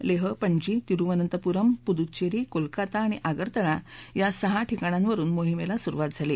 लेह पणजी तिरुवनंतपुरम पुद्दंचेरी कोलकाता आणि आगरतळा या सहा ठिकाणांवरुन मोहिमेला सुरुवात झाली